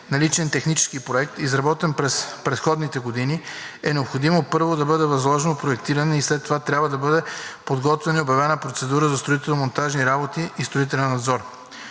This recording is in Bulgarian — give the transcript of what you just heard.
наличен технически проект, изработен през предходните години. Необходимо е първо да бъде възложено проектиране и след това трябва да бъде подготвена и обявена процедура за строително-монтажни работи и строителен надзор.